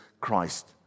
Christ